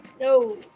No